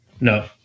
no